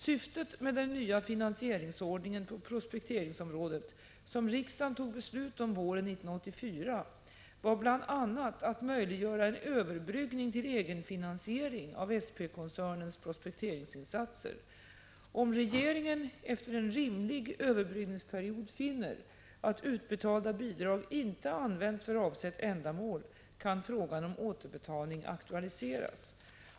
Syftet med den nya finansieringsordningen på prospekteringsområdet, som riksdagen tog beslut om våren 1984, var bl.a. att möjliggöra en överbryggning till egenfinansiering av SP-koncernens prospekteringsinsatser. Om regeringen efter en rimlig överbryggningsperiod finner att utbetalda bidrag inte använts för avsett ändamål, kan frågan om återbetalning aktualiseras.